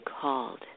called